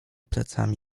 plecami